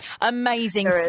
Amazing